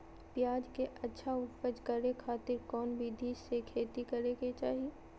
प्याज के अच्छा उपज करे खातिर कौन विधि से खेती करे के चाही?